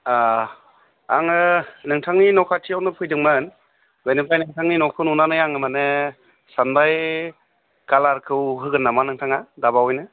आह आङो नोंथांनि न' खाथियावनो फैदोंमोन बिनिफ्राय नोंथांनि न'खौ नुनानै आङो माने सानबाय कालारखौ होगोन नामा नोंथाङा दा बावैनो